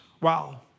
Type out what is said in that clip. Wow